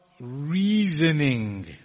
reasoning